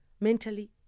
mentally